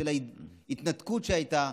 של התנתקות שהייתה.